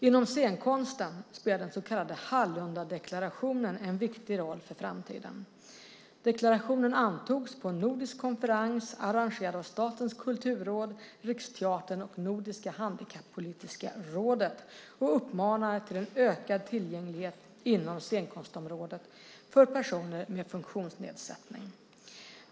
Inom scenkonsten spelar den så kallade Hallundadeklarationen en viktig roll för framtiden. Deklarationen antogs på en nordisk konferens arrangerad av Statens kulturråd, Riksteatern och Nordiska handikappolitiska rådet, och den uppmanar till en ökad tillgänglighet inom scenkonstområdet för personer med funktionsnedsättning.